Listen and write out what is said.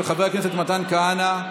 של חבר הכנסת מתן כהנא.